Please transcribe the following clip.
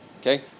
Okay